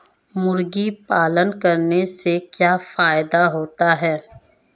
मुर्गी पालन करने से क्या फायदा होता है?